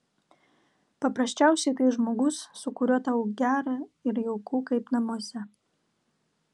paprasčiausiai tai žmogus su kuriuo tau gera ir jauku kaip namuose